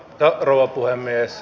arvoisa puhemies